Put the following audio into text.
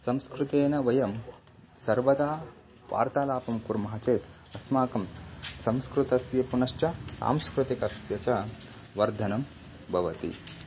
संस्कृतेन वयं सर्वदा वार्तालापं कुर्मः चेत् अस्माकं संस्कृतस्य पुनश्च सांस्कृतिकस्य च वर्धनं भवति